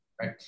right